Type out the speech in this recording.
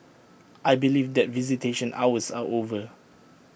I believe that visitation hours are over